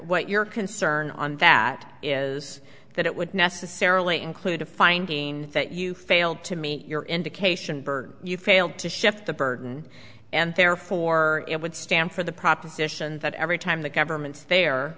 what your concern on that is that it would necessarily include a finding that you failed to meet your indication burd you failed to shift the burden and therefore it would stand for the proposition that every time the government there